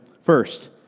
First